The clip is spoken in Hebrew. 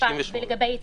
תקיפה ולגבי התעללות.